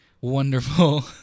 wonderful